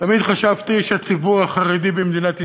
תמיד חשבתי שהציבור החרדי במדינת ישראל,